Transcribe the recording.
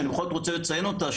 שאני בכל זאת רוצה לציין אותה,